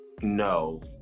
No